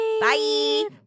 Bye